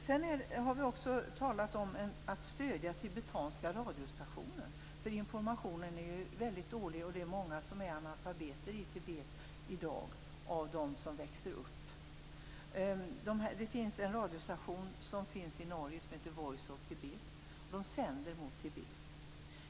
Vi har också talat om att stödja tibetanska radiostationer. Informationen är väldigt dålig, och många av dem som växer upp är analfabeter i Tibet i dag. Det finns en radiostation i Norge, Voice of Tibet, som sänder mot Tibet.